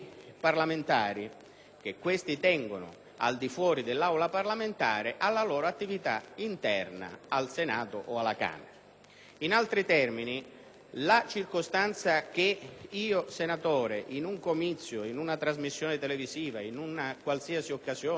parlamentari tengono al di fuori dell'Aula parlamentare alla loro attività interna al Senato o alla Camera. In altri termini, se un senatore, in un comizio, in una trasmissione televisiva o in qualsiasi occasione pubblica,